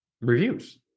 Reviews